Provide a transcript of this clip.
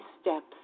steps